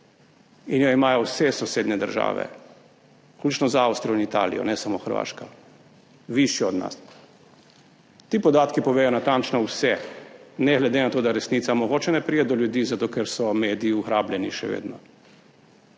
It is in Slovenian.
In jo imajo vse sosednje države, vključno z Avstrijo in Italijo, ne samo Hrvaška, višjo od nas. Ti podatki povedo natančno vse, ne glede na to, da resnica mogoče ne pride do ljudi zato, ker so mediji ugrabljeni, še vedno,